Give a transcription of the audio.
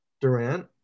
Durant